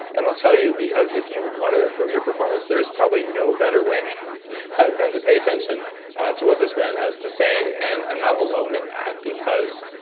and i'll tell you, because if you want to improve your performance, there's probably no better way than to pay attention to what this man has to say. and i'm not alone in that, because.